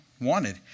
wanted